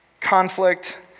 conflict